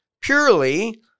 purely